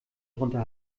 drunter